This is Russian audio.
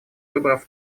выборов